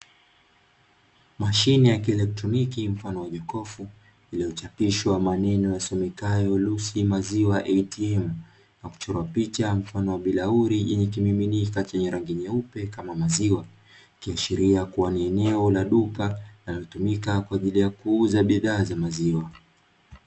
Mashine ya kieletroniki mfano wa jokofu iliyochapishwa maneno yasomekayo “Lucy maziwa ATM” na kuchorwa picha mfano wa bilauri yenye kimiminika chenye rangi nyeupe kama maziwa, ikiashiria kuwa ni eneo la duka linalotumika kwa ajili ya kuuza bidhaa za maziwa.